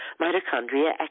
mitochondria